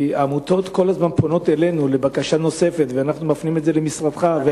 כי עמותות כל הזמן פונות אלינו בבקשה נוספת ואנחנו מפנים את זה למשרדך.